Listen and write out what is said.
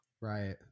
Right